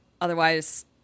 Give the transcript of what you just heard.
otherwise